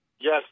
Yes